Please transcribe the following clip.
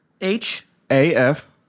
H-A-F